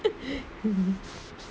mm mm